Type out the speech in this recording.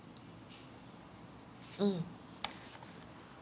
mm